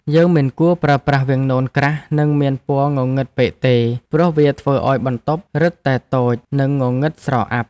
យើងមិនគួរប្រើប្រាស់វាំងននក្រាស់និងមានពណ៌ងងឹតពេកទេព្រោះវាធ្វើឱ្យបន្ទប់រឹតតែតូចនិងងងឹតស្រអាប់។